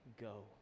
go